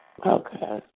Okay